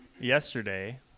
yesterday